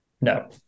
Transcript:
No